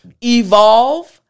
evolve